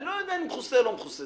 אני לא יודע אם מכוסה או לא מכוסה.